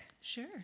sure